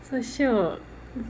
so shiok